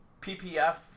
PPF